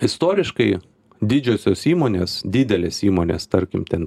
istoriškai didžiosios įmonės didelės įmonės tarkim ten